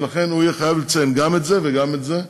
ולכן הוא יהיה חייב לציין גם את זה וגם את זה,